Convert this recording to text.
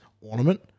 ornament